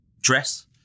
dress